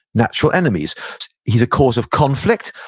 natural enemies he's a cause of conflict,